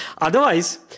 Otherwise